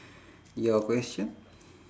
your question